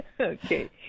Okay